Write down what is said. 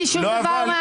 הבנתי